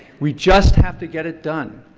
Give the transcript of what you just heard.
we just have to get it done.